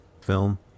film